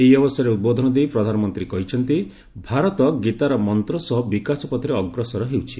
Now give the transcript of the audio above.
ଏହି ଅବସରରେ ଉଦ୍ବୋଧନ ଦେଇ ପ୍ରଧାନମନ୍ତ୍ରୀ କହିଛନ୍ତି ଭାରତ ଗୀତା ର ମନ୍ତ୍ର ସହ ବିକାଶ ପଥରେ ଅଗ୍ରସର ହେଉଛି